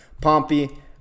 Pompey